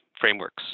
frameworks